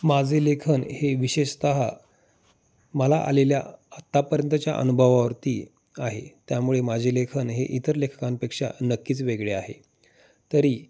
माझे लेखन हे विशेषतः मला आलेल्या आत्तापर्यंतच्या अनुभवावरती आहे त्यामुळे माझे लेखन हे इतर लेखकांपेक्षा नक्कीच वेगळे आहे तरी